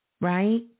Right